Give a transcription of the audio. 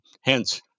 hence